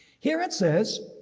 here it says,